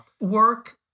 work